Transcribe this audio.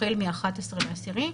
החל מ-11/10.